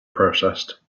processed